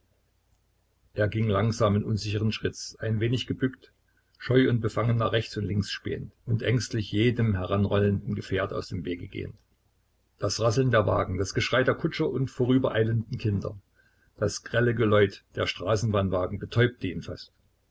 er ging langsamen unsicheren schritts ein wenig gebückt scheu und befangen nach rechts und links spähend und ängstlich jedem heranrollenden gefährt aus dem wege gehend das rasseln der wagen das geschrei der kutscher und vorübereilenden kinder das grelle geläut der straßenbahnwagen betäubte ihn fast